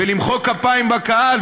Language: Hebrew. ולמחוא כפיים בקהל,